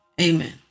Amen